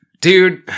dude